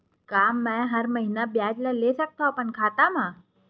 का मैं हर महीना ब्याज ला ले सकथव अपन खाता मा?